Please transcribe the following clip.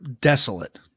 desolate